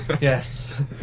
Yes